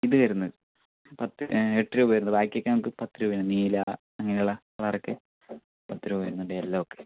ഇതുവരുന്നത് പത്ത് എട്ട് രൂപ വരുന്നത് ബാക്കിയൊക്കെ നമുക്ക് പത്തുരൂപായാണുവരുന്നത് നീല അങ്ങനെയുള്ള കളറൊക്കെ പത്തുരൂപ വരുന്നുണ്ട് യെല്ലോ ഒക്കെ